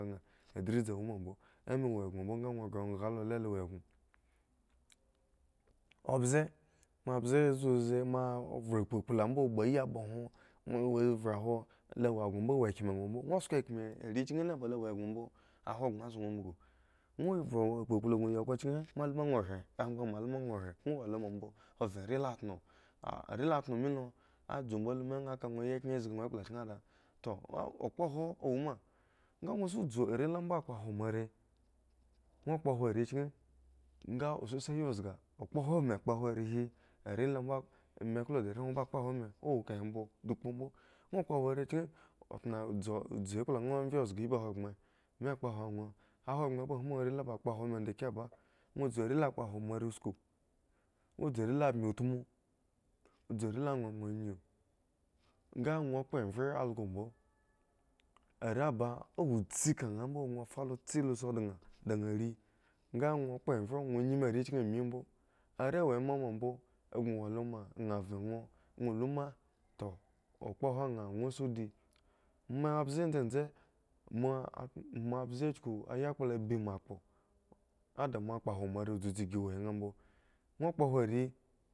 Baŋ adridzi womanbo ama wo gno mbo nga wo ya kha lo la lo wo gno ombze mo mbze zi uzi ma vhe kpukpu mbo kpha yiamba hwon moa vhe hwo la wo gno mbola wo kmw gno mbo ŋuro sko ekme are chki la balo wo gno mbo ahogbren so ŋwo ambugu ŋwo vhe kpukplu gno yi khro chki moa lu ma ŋwo hre angbaŋ mo lu ŋwo here ŋwo wo luma mbo oven are tno are la tno milo a dzumbola anha kayikhren zgi ŋwo ekpla chiki raŋ toh okpohwon owoma nga ŋwo sa dzu are la kpohwon moare ŋwo kpohwo arre chki nga o sa iyi zga okpohwo me kpohwon are hi ae lo mbome klo are hwon mbo kpohwo me own ekahe mbo ta kpo gbu ŋwo kpohwo me kpohwo ŋwo ahogbren ba hmu are la kpohwo meda kiba ŋwo dzu are le kpohwo moare sku du are le bmi utmu dzu are le wonwon anyu nga ŋwo kpo evhye algo mbo are ba awo tsi kanha mbo ŋwo fa la tsi osi dinka danha rii nga ŋwo kpo evhge ŋwo nyme rechki amimbo are woema ma mbo a boŋ wo loma nha vhe nwo luma toh akpolwo nha ŋwo si di moa mbze dzedze mod a moa mbze chuku ayakpla ebi moa kpo a dimo a kpohwo moare udzudzu gi huhwin nga mbo ŋno kpohwo are